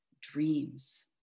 dreams